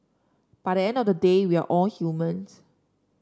but the end of the day we're all humans